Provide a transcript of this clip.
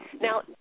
Now